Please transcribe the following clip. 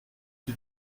qui